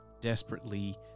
desperately